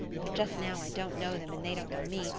but just now i don't know them and they don't know me,